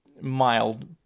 mild